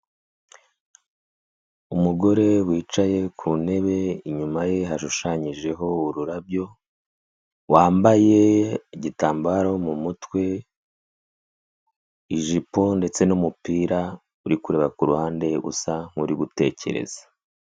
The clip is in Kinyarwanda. Umugore wicaye ku ntebe inyuma ye hashushanyijeho ururabyo, wambaye igitambaro mu mutwe, ijipo ndetse n'umupira uri kureba ku ruhande, usa nk'uri gutekereza.